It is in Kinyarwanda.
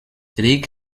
eric